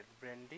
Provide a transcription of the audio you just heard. Brandy